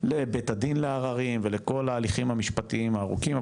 לבית הדין לערערים ולכל ההליכים המשפטיים הארוכים,